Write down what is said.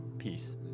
Peace